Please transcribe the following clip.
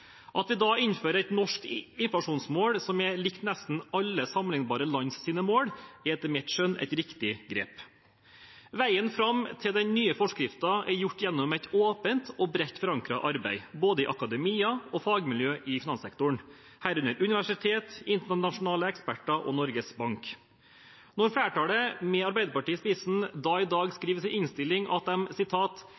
At vi innfører et norsk inflasjonsmål som er likt nesten alle sammenlignbare lands mål, er etter mitt skjønn et riktig grep. Veien fram til den nye forskriften er gjort gjennom et åpent og bredt forankret arbeid, både i akademia og i fagmiljø i finanssektoren, herunder universitet, internasjonale eksperter og Norges Bank. Når flertallet, med Arbeiderpartiet i spissen, skriver i